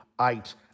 eight